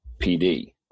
PD